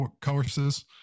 courses